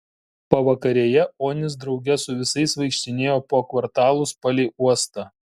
pavakarėje onis drauge su visais vaikštinėjo po kvartalus palei uostą